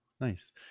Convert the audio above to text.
Nice